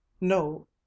no